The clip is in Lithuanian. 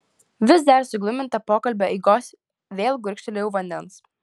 vis dar sugluminta pokalbio eigos vėl gurkštelėjau vandens